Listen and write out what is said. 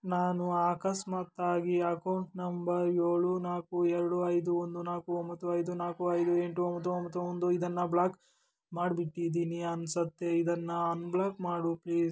ನಾನು ಆಕಸ್ಮಾತ್ತಾಗಿ account number ಏಳು ನಾಲ್ಕು ಎರಡು ಐದು ಒಂದು ನಾಲ್ಕು ಒಂಬತ್ತು ಐದು ನಾಲ್ಕು ಐದು ಎಂಟು ಒಂಬತ್ತು ಒಂಬತ್ತು ಒಂದು ಇದನ್ನು ಬ್ಲಾಕ್ ಮಾಡಿಬಿಟ್ಟಿದ್ದೀನಿ ಅನ್ನಿಸುತ್ತೆ ಇದನ್ನು ಅನ್ಬ್ಲಾಕ್ ಮಾಡು ಪ್ಲೀಸ್